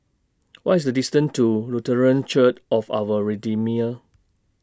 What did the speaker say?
What IS The distance to Lutheran Church of Our Redeemer